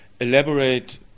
elaborate